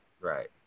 Right